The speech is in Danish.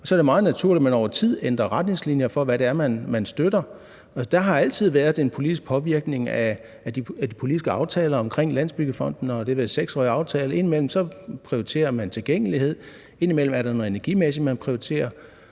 så er det meget unaturligt, at man over tid ændrer retningslinjer for, hvad det er, man støtter. Og der har altid været en politisk påvirkning af aftalerne om Landsbyggefonden og den 6-årige aftale. Indimellem prioriterer man tilgængelighed, indimellem er det noget energimæssigt, man prioriterer,